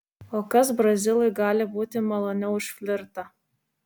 o kas brazilui gali būti maloniau už flirtą